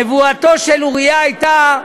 נבואתו של אוריה הייתה: